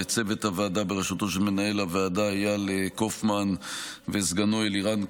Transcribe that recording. לצוות הוועדה בראשותו של מנהל הוועדה איל קופמן וסגנו אלירן כהן,